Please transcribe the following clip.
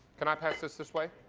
can i pass this this way?